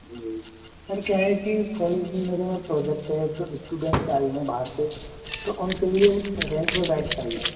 जी sir क्या है कि कॉलेज में मेरा प्रोजेक्ट है तो स्टूडेंट्स आए हुए हैं बाहर से तो उनके लिए रैंट पे बाइक चाहिए